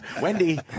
Wendy